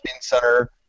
Center